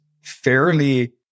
fairly